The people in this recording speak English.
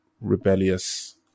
rebellious